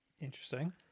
Interesting